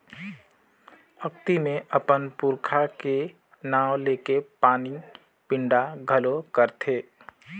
अक्ती मे अपन पूरखा के नांव लेके पानी पिंडा घलो करथे